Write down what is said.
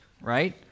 right